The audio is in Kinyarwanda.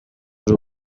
ari